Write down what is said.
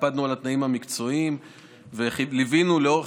הקפדנו על התנאים המקצועיים וליווינו לאורך